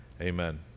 Amen